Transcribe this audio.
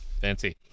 Fancy